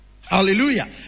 Hallelujah